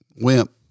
wimp